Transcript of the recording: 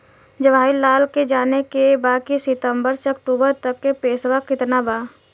जवाहिर लाल के जाने के बा की सितंबर से अक्टूबर तक के पेसवा कितना बा?